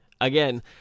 Again